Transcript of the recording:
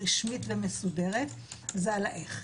רשמית ומסודרת על ה"איך".